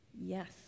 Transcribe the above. Yes